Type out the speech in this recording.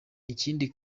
ikindi